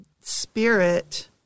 spirit